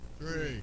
three